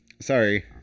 sorry